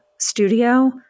Studio